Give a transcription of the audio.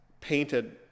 painted